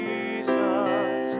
Jesus